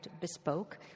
Bespoke